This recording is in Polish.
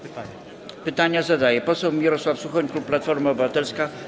Pytanie zadaje poseł Mirosław Suchoń, klub Platforma Obywatelska.